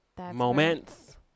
moments